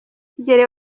kigeli